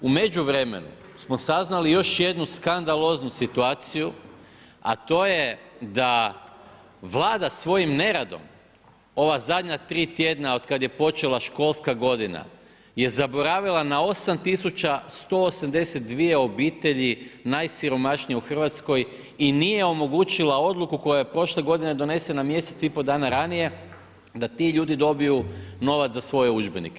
U međuvremenu smo saznali još jednu skandaloznu situaciju, a to je da Vlada svojim neradom ova zadnja 3 tjedna od kad je počela školska godina je zaboravila na 8182 obitelji najsiromašnije u RH i nije omogućila odluku koja je prošle godine donesena mjesec i pol dana ranije da ti ljudi dobiju novac za svoje udžbenike.